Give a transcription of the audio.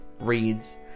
reads